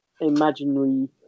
imaginary